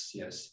yes